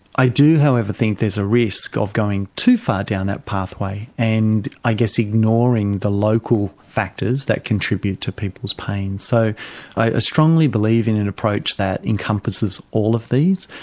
i do, however, think there's a risk of going too far down that pathway, and i guess, ignoring the local factors that contribute to people's pain. so i strongly believe in an approach that encompasses all of these,